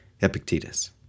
Epictetus